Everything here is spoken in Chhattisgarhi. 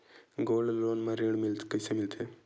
गोल्ड लोन म ऋण कइसे मिलथे?